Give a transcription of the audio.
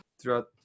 throughout